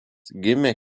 gimė